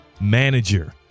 manager